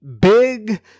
big